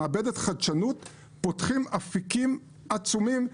במעבדת חדשנות ופותחים אפיקים עצומים.